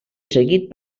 seguit